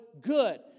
good